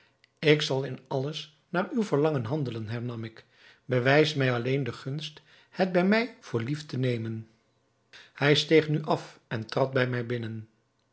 ik zal in alles naar uw verlangen handelen hernam ik bewijs mij alleen de gunst het bij mij voor lief te nemen hij steeg nu af en trad bij mij binnen